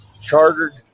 chartered